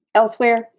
elsewhere